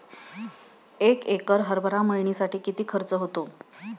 एक एकर हरभरा मळणीसाठी किती खर्च होतो?